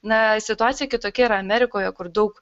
na situacija kitokia yra amerikoje kur daug